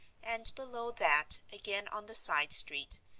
and below that again on the side street,